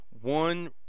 one